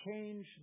change